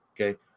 okay